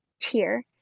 tier